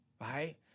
right